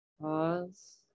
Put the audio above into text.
Pause